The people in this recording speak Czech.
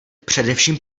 především